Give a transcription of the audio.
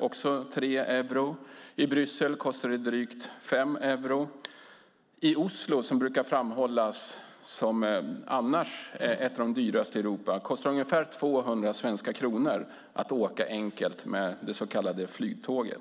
också 3 euro och i Bryssel drygt 5 euro. I Oslo, som brukar framhållas som ett av de dyraste länderna i Europa, kostar en enkel resa med det så kallade flygtåget ungefär 200 svenska kronor.